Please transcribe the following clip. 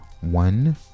one